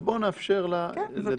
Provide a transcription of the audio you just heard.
אבל בואו נאפשר לה לדבר ולא נפריע.